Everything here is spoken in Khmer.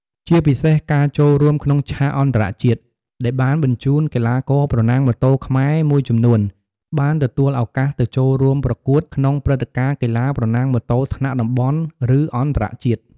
ជាពិសេសការចូលរួមក្នុងឆាកអន្តរជាតិដែលបានបញ្ជូន កីឡាករប្រណាំងម៉ូតូខ្មែរមួយចំនួនបានទទួលឱកាសទៅចូលរួមប្រកួតក្នុងព្រឹត្តិការណ៍កីឡាប្រណាំងម៉ូតូថ្នាក់តំបន់ ឬអន្តរជាតិ។